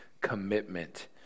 commitment